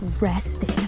resting